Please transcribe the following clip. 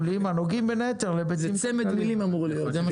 זה צמד מילים אמור להיות.